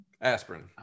aspirin